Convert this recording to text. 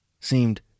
seemed